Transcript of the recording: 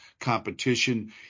competition